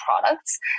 products